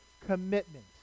commitment